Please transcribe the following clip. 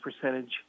percentage